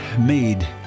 made